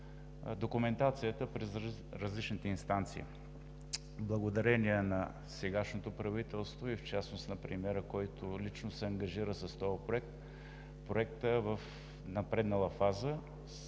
документацията пред различните инстанции. Благодарение на сегашното правителство и в частност на премиера, който лично се ангажира с този проект, проектът е в напреднала фаза.